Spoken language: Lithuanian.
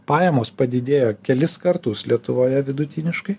pajamos padidėjo kelis kartus lietuvoje vidutiniškai